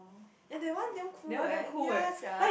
and that one damn cool eh ya sia